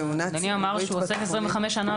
אדוני אמר שהוא עוסק 25 שנה